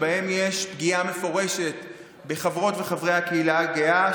שבהם יש פגיעה מפורשת בחברות וחברי הקהילה הגאה.